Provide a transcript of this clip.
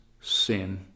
sin